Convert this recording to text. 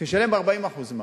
שישלם 40% מע"מ.